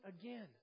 again